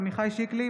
עמיחי שקלי,